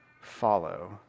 follow